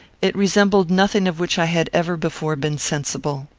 it resembled nothing of which i had ever before been sensible.